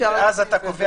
ואז אתה קובע